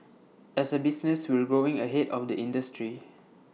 as A business we've growing ahead of the industry